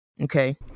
okay